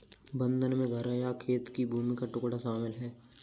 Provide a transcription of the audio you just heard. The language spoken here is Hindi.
बंधक में घर या खेत की भूमि का टुकड़ा शामिल है